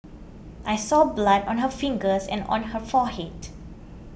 I saw blood on her fingers and on her forehead